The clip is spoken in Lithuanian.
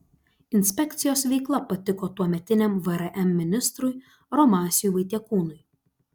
inspekcijos veikla patiko tuometiniam vrm ministrui romasiui vaitekūnui